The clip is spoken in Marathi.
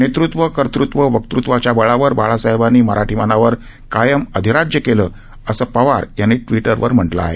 नेतृत्व कर्तृत्व वक्तृत्वाच्या बळावर बाळासाहेबांनी मराठी मनावर कायम अधिराज्य केलं असं पवार यांनी टविटर वर म्हटलं आहे